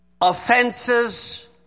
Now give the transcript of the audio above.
offenses